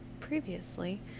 previously